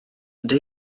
ydy